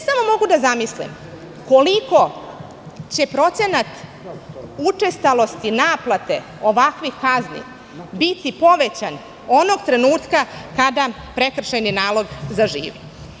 Samo mogu da zamislim koliko će procenat učestalosti naplate ovakvih kazni biti povećan onog trenutka kada prekršajni nalog zaživi.